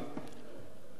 החל מדגן,